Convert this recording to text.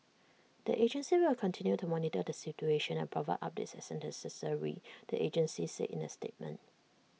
the agency will continue to monitor the situation and provide updates as necessary the agency said in A statement